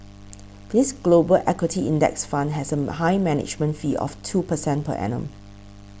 this Global equity index fund has a high management fee of two percent per annum